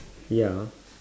ya